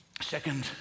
second